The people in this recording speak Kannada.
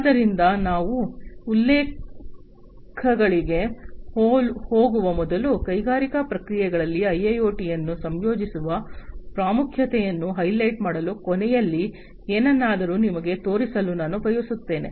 ಆದ್ದರಿಂದ ನಾವು ಉಲ್ಲೇಖಗಳಿಗೆ ಹೋಗುವ ಮೊದಲು ಕೈಗಾರಿಕಾ ಪ್ರಕ್ರಿಯೆಗಳಲ್ಲಿ ಐಐಒಟಿ ಅನ್ನು ಸಂಯೋಜಿಸುವ ಪ್ರಾಮುಖ್ಯತೆಯನ್ನು ಪ್ರಾಮುಖ್ಯತೆಯ ಹೈಲೈಟ್ ಮಾಡಲು ಕೊನೆಯಲ್ಲಿ ಏನನ್ನಾದರೂ ನಿಮಗೆ ತೋರಿಸಲು ನಾನು ಬಯಸುತ್ತೇನೆ